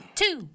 two